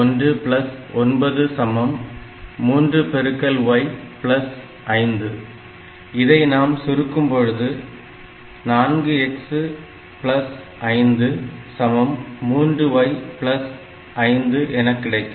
4 9 3y5 இதை நாம் சுருக்கும்போது 4x 5 சமம் 3y 5 எனக் கிடைக்கும்